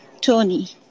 Tony